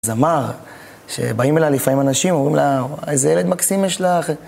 זמר, שבאים אליה לפעמים אנשים, ואומרים לה, איזה ילד מקסים יש לך...